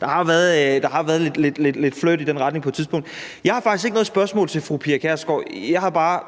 der har jo været lidt flirt i den retning på et tidspunkt. Jeg har faktisk ikke noget spørgsmål til fru Pia Kjærsgaard. Jeg har bare